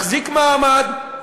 מחזיק מעמד.